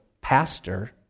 Pastor